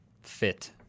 fit